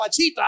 pachita